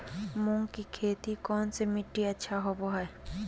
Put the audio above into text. मूंग की खेती कौन सी मिट्टी अच्छा होबो हाय?